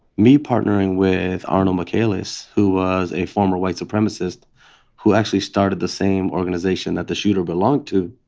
me partnering with arno michaelis, who was a former white supremacist who actually started the same organization that the shooter belonged to,